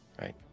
right